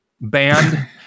band